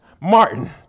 Martin